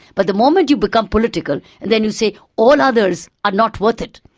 but the moment you become political, then you say, all others are not worth it,